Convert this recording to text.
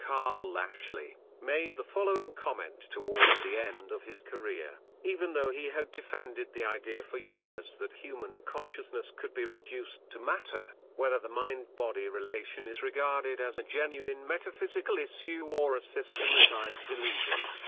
karl lashley, made the following comment towards the end of his career, even though he had defended the idea for years that human consciousness could be reduced to matter whether the mind-body relation is regarded as a genuine metaphysical issue or a systematized delusion,